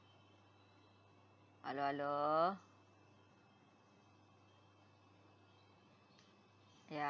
hello hello ya